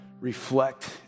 reflect